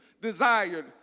desired